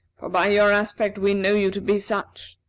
for by your aspect we know you to be such,